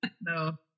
No